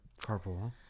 carpool